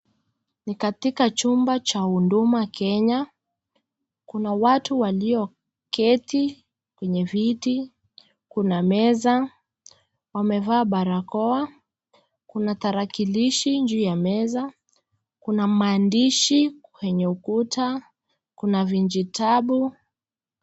NI katika chumba cha huduma Kenya. Kuna watu walio keti kwenye viti, kuna meza wamevaa barakoa kuna tarakilishi juu ya meza ,kuna maandishi kwenye ukuta kuna vijitabu .